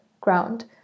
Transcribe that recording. ground